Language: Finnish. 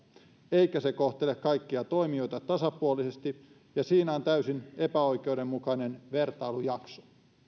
eikä se kohtele kaikkia toimijoita tasapuolisesti ja siinä on täysin epäoikeudenmukainen vertailujakso